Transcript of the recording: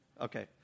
Okay